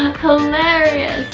hilarious